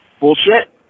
Bullshit